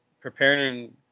preparing